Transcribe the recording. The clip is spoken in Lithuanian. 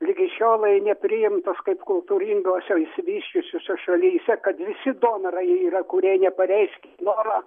ligi šiolei nepriimtas kaip kultūringose išsivysčiusiose šalyse kad visi donorai yra kurie nepareiškė noro